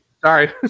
Sorry